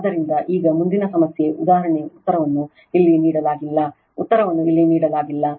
ಆದ್ದರಿಂದ ಈಗ ಮುಂದಿನ ಸಮಸ್ಯೆ ಉದಾಹರಣೆ ಉತ್ತರವನ್ನು ಇಲ್ಲಿ ನೀಡಲಾಗಿಲ್ಲ ಉತ್ತರವನ್ನು ಇಲ್ಲಿ ನೀಡಲಾಗಿಲ್ಲ